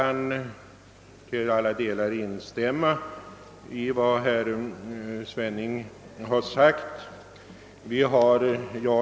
Jag kan till alla delar instämma i vad herr Svenning har anfört.